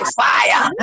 fire